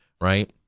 right